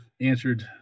answered